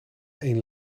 één